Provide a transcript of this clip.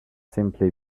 simply